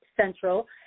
central